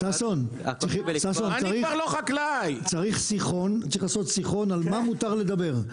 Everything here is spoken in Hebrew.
ששון, צריך לעשות שיחון על מה מותר לדבר.